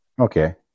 Okay